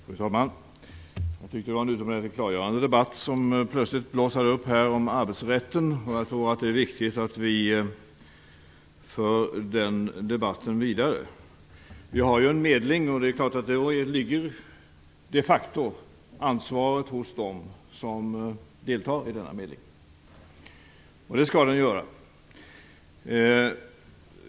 Fru talman! Jag tyckte att det var en utomordentligt klargörande debatt om arbetsrätten som plötsligt blossade upp här. Det är viktigt att vi för den debatten vidare. Det pågår en medling, och det är klart att ansvaret de facto ligger hos dem som deltar i denna medling. Så skall det också vara.